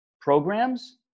programs